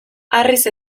harriz